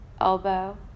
elbow